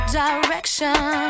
direction